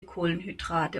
kohlenhydrate